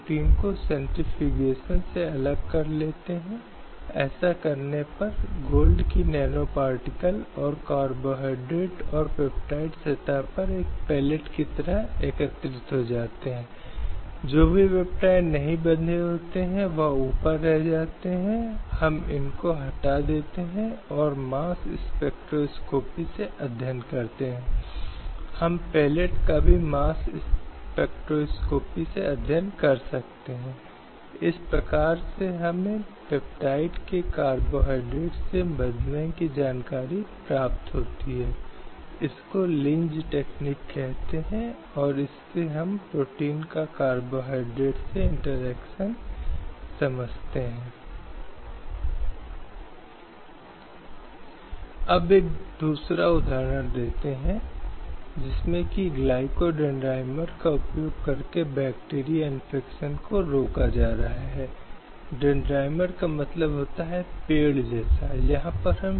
slide समय संदर्भ 2259 इसलिए इन न्यायिक फ़ैसलों ने समानता की अवधारणा को फिर से जोर देने और स्थापित करने के लिए गए हैं और कई मामलों में यह भी स्थापित किया है कि राज्य महिलाओं के कारण के लिए उचित कदम उठाने के लिए पूरी तरह से स्वतंत्र है और अंत में वे विशेष कानून या विशेष नीतियां बना सकते हैं या यहां तक कि महिलाओं के लिए सीटों के आरक्षण के लिए जहां भी उन्हें लगता है कि यह आवश्यक है